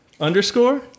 underscore